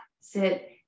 sit